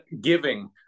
giving